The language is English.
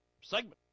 segment